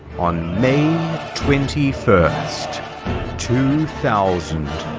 on may twenty first two thousand